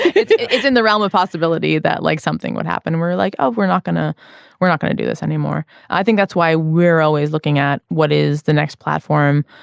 it's in the realm of possibility that like something would happen and we're like oh we're not going to we're not going to do this anymore. i think that's why we're always looking at what is the next platform.